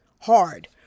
hard